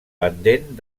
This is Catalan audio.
pendent